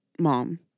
mom